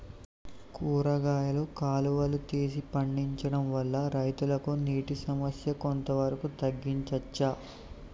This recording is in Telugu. కూరగాయలు కాలువలు తీసి పండించడం వల్ల రైతులకు నీటి సమస్య కొంత వరకు తగ్గించచ్చా?